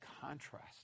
contrast